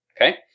Okay